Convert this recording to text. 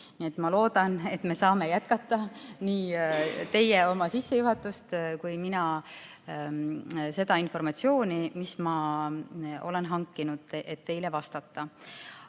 ma loodan, et me saame jätkata, nii teie oma sissejuhatust kui mina seda informatsiooni, mis ma olen hankinud, et teile vastata.